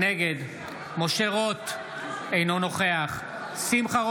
נגד משה רוט, אינו נוכח שמחה